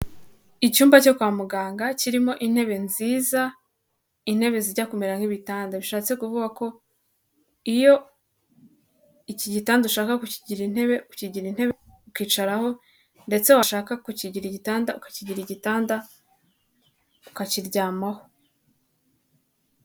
Icyumba cyo kwa muganga kirimo intebe nziza, intebe zijya kumerara nk' ibitanda. Bishatse kuvuga ko iyo iki gitanda ushaka kukigira intebe, ukigira intebe ukicaraho ndetse washaka kukigira igitanda, ukakigira igitanda ukakiryamaho.